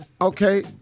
Okay